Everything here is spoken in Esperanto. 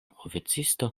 oficisto